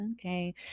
okay